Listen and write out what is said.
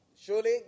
Surely